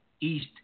east